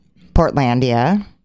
Portlandia